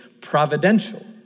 providential